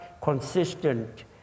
consistent